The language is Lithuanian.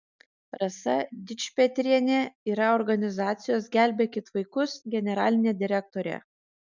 rasa dičpetrienė yra organizacijos gelbėkit vaikus generalinė direktorė